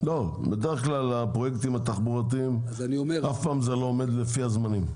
בדרך כלל הפרויקטים התחבורתיים לא עומדים לפי הזמנים.